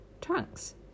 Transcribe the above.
trunks